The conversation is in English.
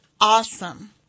awesome